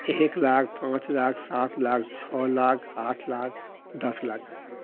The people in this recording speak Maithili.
एक लाख पाँच लाख सात लाख छओ लाख आठ लाख दश लाख